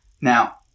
Now